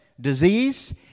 disease